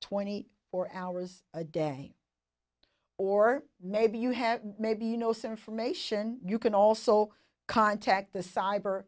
twenty four hours a day or maybe you have maybe you know some from ation you can also contact the cyber